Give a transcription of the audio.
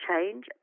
change